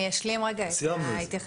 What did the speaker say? אני אשלים את ההתייחסות.